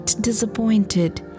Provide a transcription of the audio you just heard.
disappointed